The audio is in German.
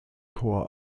chor